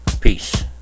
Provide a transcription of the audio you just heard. Peace